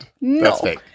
no